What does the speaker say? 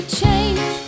change